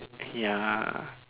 ya